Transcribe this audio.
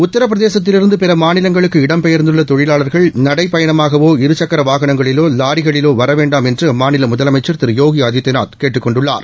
உத்திரபிரதேசத்திலிருந்து பிற மாநிலங்களுக்கு இடம்பெயர்ந்துள்ள தொழிலாளர்கள் நடைபயணமாகவோ இரு சக்கர வாகனங்களிலோ லாரிகளிலோ வர வேண்டாம் என்று அம்மாநில முதலமைச்சா் திரு யோகி ஆதித்பநாத் கேட்டுக் கொண்டுள்ளார்